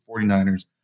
49ers